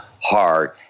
hard